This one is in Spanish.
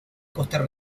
costa